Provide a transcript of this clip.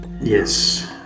Yes